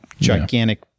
gigantic